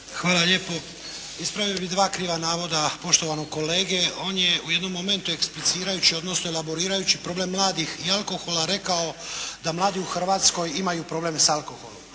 Hvala lijepo. Ispravio bi dva kriva navoda poštovanog kolege. On je u jednom momentu eksplicirajući odnosno elaborirajući problem mladih i alkohola rekao da mladi u Hrvatskoj imaju problem s alkoholom.